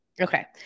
Okay